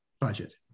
budget